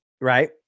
Right